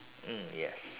mm yes